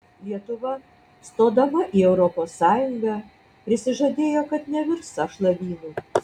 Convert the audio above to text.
lietuva stodama į europos sąjungą prisižadėjo kad nevirs sąšlavynu